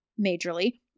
majorly